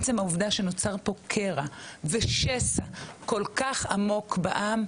עצם העובדה שנוצר פה קרע ושסע כל כך עמוק בעם,